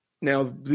now